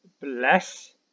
bless